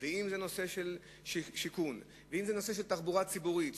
ואם זה נושא של שיכון ואם זה נושא של תחבורה ציבורית,